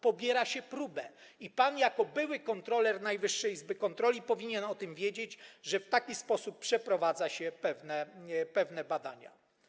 Pobiera się próbę i pan jako były kontroler Najwyższej Izby Kontroli powinien wiedzieć o tym, że w taki sposób przeprowadza się pewne badania.